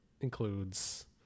includes